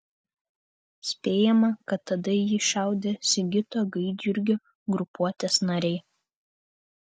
spėjama kad tada į jį šaudė sigito gaidjurgio grupuotės nariai